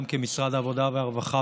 גם כמשרד העבודה והרווחה,